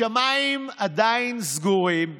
השמיים עדיין סגורים,